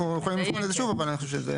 אנחנו יכולים לפנות לזה שוב, אבל אנחנו חושבים.